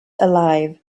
alive